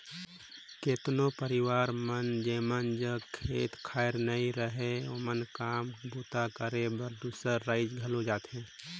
केतनो परिवार मन जेमन जग खेत खाएर नी रहें ओमन काम बूता करे बर दूसर राएज घलो जाथें